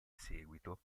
seguito